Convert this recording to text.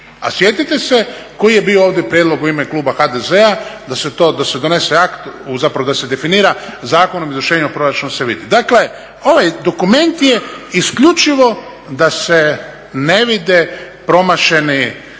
A sjetite se koji je ovdje bio prijedlog u ime kluba HDZ-a da se definira zakonom o izvršenju proračuna da se vidi. Dakle ovaj dokument je isključivo da se ne vide promašena